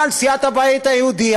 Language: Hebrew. אבל סיעת הבית היהודי,